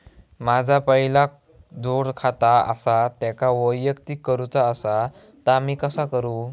माझा पहिला जोडखाता आसा त्याका वैयक्तिक करूचा असा ता मी कसा करू?